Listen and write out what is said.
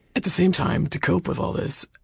at the same time, to cope with all this